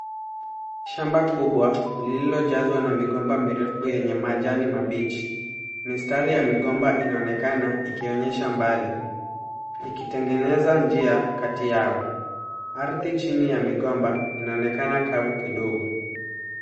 Shamba kubwa lililojazwa na migomba mirefu yenye majani mabichi. Mistari ya migomba inaonekana ikionyesha mbali ikitengeneza njia kati yao. Ardhi chini ya migomba inaonekana kavu kidogo.